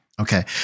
Okay